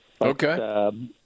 Okay